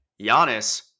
Giannis